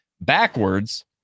backwards